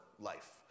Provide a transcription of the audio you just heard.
life